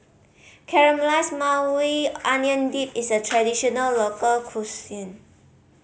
Caramelized Maui Onion Dip is a traditional local cuisine